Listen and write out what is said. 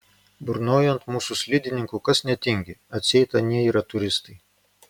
burnoja ant mūsų slidininkų kas netingi atseit anie yra turistai